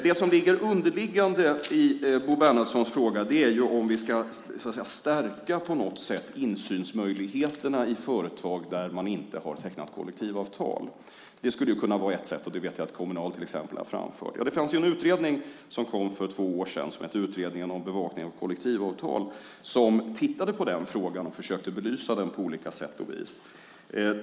Det som underförstått ligger i Bo Bernhardssons fråga är om vi på något sätt ska stärka insynsmöjligheterna i företag som inte tecknat kollektivavtal. Det skulle kunna vara ett sätt, och jag vet att till exempel Kommunal framfört det. För två år sedan kom Utredningen om bevakning av kollektivavtal, som tittade på den frågan och försökte att på olika sätt belysa den.